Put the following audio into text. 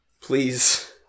Please